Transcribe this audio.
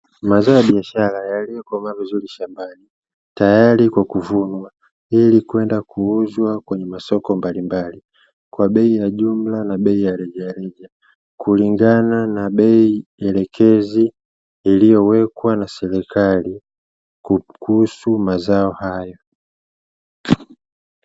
Mazao ya biashara yaliyokoma vizuri shambani tayari kwa kuvunwa, ili kwenda kuuzwa kwenye masoko mbalimbali kwa bei ya jumla na bei ya rejareja kulingana na bei elekezi iliyowekwa na serikali kuhusu mazao hayo.